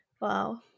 Wow